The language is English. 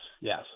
yes